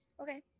Okay